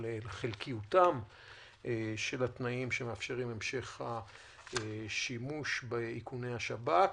חלקם מהתנאים שמאפשרים המשך השימוש באיכוני השב"כ.